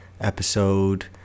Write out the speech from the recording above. episode